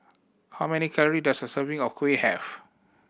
how many calorie does a serving of kuih have